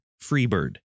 Freebird